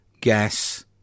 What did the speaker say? gas